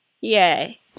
Yay